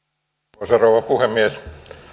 arvoisa rouva puhemies